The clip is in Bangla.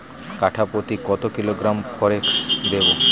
কাঠাপ্রতি কত কিলোগ্রাম ফরেক্স দেবো?